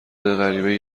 غریبهای